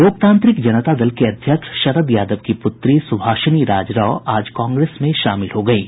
लोकतांत्रिक जनता दल के अध्यक्ष शरद यादव की पूत्री सुभाषिनी राज राव आज कांग्रेस में शामिल हो गईं